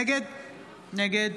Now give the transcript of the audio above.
נגד